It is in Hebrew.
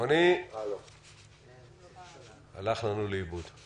--- הלך לנו לאיבוד.